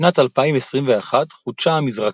בשנת 2021 חודשה המזרקה,